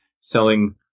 selling